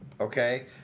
Okay